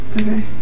Okay